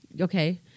Okay